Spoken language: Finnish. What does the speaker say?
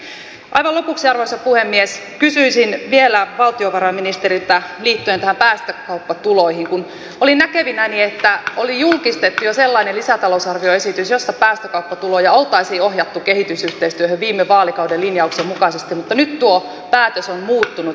aivan lopuksi arvoisa puhemies kysyisin vielä valtiovarainministeriltä liittyen päästökauppatuloihin kun olin näkevinäni että oli julkistettu jo sellainen lisätalousarvioesitys jossa päästökauppatuloja oltaisiin ohjattu kehitysyhteistyöhön viime vaalikauden linjauksen mukaisesti mutta nyt tuo päätös on muuttunut